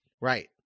Right